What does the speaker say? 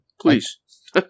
Please